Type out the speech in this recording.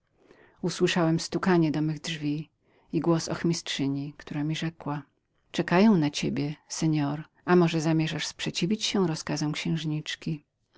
usłyszałem stukanie do mych drzwi i głos ochmistrzyni która mi rzekła czekają na ciebie seor nie sądzę bowiem abyś chciał sprzeciwiać się rozkazom księżniczki